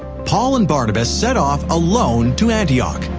paul and barnabas set off alone to antioch.